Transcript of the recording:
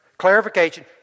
Clarification